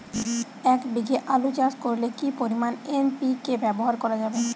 এক বিঘে আলু চাষ করলে কি পরিমাণ এন.পি.কে ব্যবহার করা যাবে?